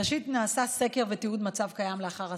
ראשית, נעשה סקר ותיעוד מצב קיים לאחר הסערה.